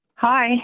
Hi